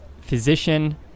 physician